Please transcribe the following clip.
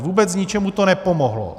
Vůbec ničemu to nepomohlo.